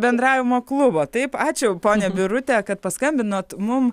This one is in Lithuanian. bendravimo klubą taip ačiū ponia birute kad paskambinot mum